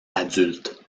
adulte